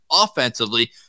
offensively